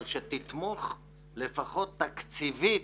אבל שתתמוך לפחות תקציבית,